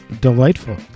Delightful